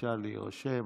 בבקשה להירשם.